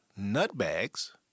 nutbags